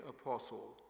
apostle